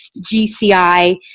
GCI